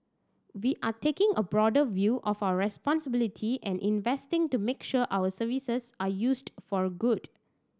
we are taking a broader view of our responsibility and investing to make sure our services are used for good